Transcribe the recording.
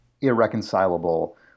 irreconcilable